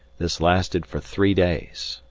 this lasted for three days,